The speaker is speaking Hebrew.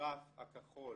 הגרף הכחול